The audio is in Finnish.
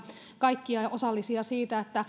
kaikkia osallisia siitä että